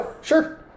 Sure